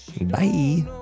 Bye